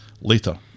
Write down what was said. Later